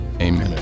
Amen